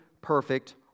perfect